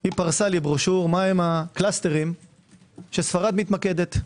היא פרסה לי פרושור מהם הקלסטרים שספרד מתמקדת.